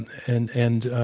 and and